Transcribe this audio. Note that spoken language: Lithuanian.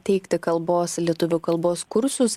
teikti kalbos lietuvių kalbos kursus